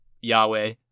Yahweh